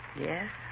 Yes